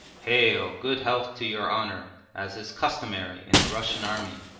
hail! good health to your honour as is customary in the russian army,